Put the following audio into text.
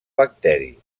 bacteris